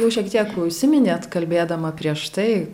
jau šiek tiek užsiminėt kalbėdama prieš tai